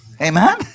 amen